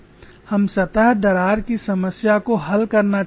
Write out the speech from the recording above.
हम सतह दरार की समस्या को हल करना चाहते हैं